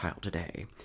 today